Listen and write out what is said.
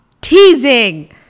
Teasing